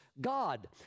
God